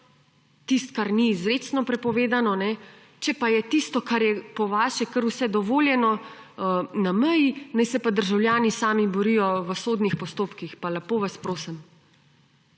tisto, kar ni izrecno prepovedano, če pa je tisto, kar je po vaše kar vse dovoljeno na meji, naj se pa državljani sami borijo v sodnih postopkih. Pa lepo vas prosim!